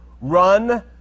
run